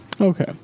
Okay